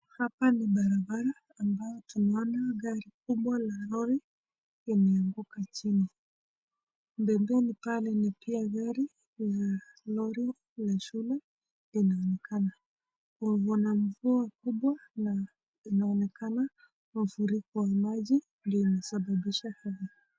Hapa ni barabara ambayo tunaona gari kubwa la Lori imeanguka chini. Mbeleni pale ni pia gari ya lori la shule linaoneka. Kuna mvua kubwa inaonekana mafuriko ya maji ndo inasababisha haya.